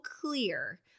clear